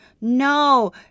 No